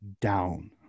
down